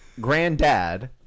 Granddad